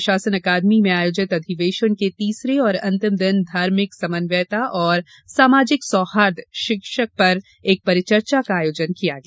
प्रशासन अकादमी में आयोजित अधिवेशन के तीसरे और अंतिम दिन धार्मिक समन्वयता और सामाजिक सौहार्द्र शीर्षक पर एक परिचर्चा का आयोजन किया गया